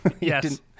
Yes